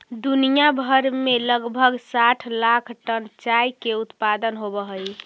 दुनिया भर में लगभग साठ लाख टन चाय के उत्पादन होब हई